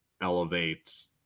elevates